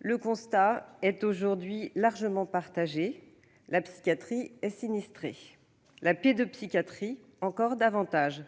Le constat est aujourd'hui largement partagé : la psychiatrie est sinistrée, la pédopsychiatrie encore davantage.